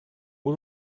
hoe